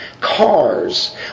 cars